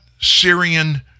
Syrian